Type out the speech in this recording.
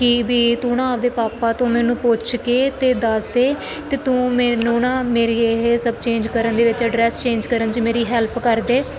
ਕਿ ਵੀ ਤੂੰ ਨਾ ਆਪਦੇ ਪਾਪਾ ਤੋਂ ਮੈਨੂੰ ਪੁੱਛ ਕੇ ਅਤੇ ਦੱਸ ਦੇ ਅਤੇ ਤੂੰ ਮੈਨੂੰ ਨਾ ਮੇਰੀ ਇਹ ਸਭ ਚੇਂਜ ਕਰਨ ਦੇ ਵਿੱਚ ਐਡਰੈਸ ਚੇਂਜ ਕਰਨ 'ਚ ਮੇਰੀ ਹੈਲਪ ਕਰ ਦੇ